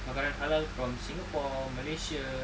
makanan halal from singapore from malaysia